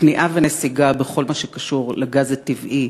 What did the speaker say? כניעה ונסיגה בכל מה שקשור לגז הטבעי,